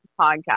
podcast